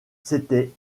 c’était